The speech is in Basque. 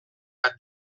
bat